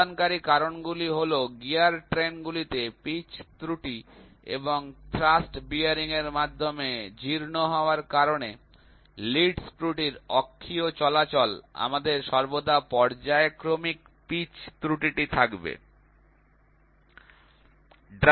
অবদানকারী কারণগুলি হল গিয়ার ট্রেনগুলিতে পিচ ত্রুটি এবং থ্রাস্ট বিয়ারিং এর মাধ্যমে জীর্ণ হওয়ার কারণে লিড স্ক্রুটির অক্ষীয় চলাচল আমাদের সর্বদা পর্যায়ক্রমিক পিচ ত্রুটি থাকবে